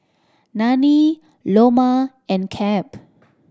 Nanie Loma and Cap